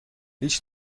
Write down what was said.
هیچ